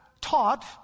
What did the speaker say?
taught